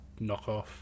knockoff